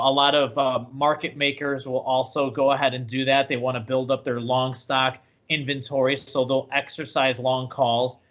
ah lot of market makers will also go ahead and do that. they want to build up their long stock inventories, so they'll exercise long calls.